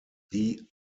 die